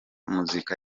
muzika